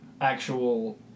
actual